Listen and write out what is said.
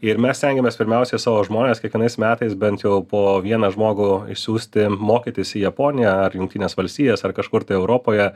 ir mes stengiamės pirmiausia savo žmones kiekvienais metais bent jau po vieną žmogų išsiųsti mokytis į japoniją ar jungtines valstijas ar kažkur tai europoje